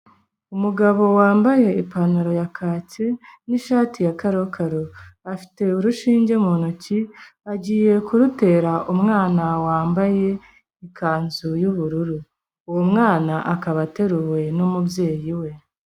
Umugabo wambaye ipantaro ya kaki n'ishati ya karokaro. Afite urushinge mu ntoki agiye kurutera umwana wambaye ikanzu y'ubururu. Uwo mwana akaba ateruwe n'umubyeyi we.